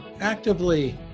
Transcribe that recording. actively